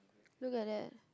look at that